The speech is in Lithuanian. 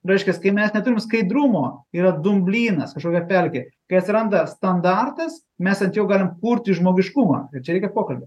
reiškias kai mes neturim skaidrumo yra dumblynas kažkokia pelkė kai atsiranda standartas mes ant jo galim kurti žmogiškumą ir čia reikia pokalbio